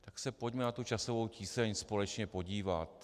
Tak se pojďme na tu časovou tíseň společně podívat.